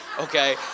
Okay